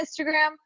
Instagram